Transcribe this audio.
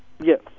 Yes